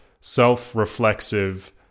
self-reflexive